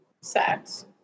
Sex